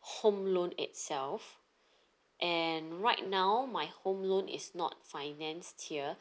home loan itself and right now my home loan is not financed here